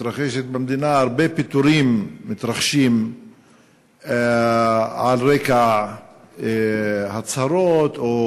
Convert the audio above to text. במדינה, פיטורים רבים מתרחשים על רקע הצהרות או,